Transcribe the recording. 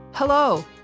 Hello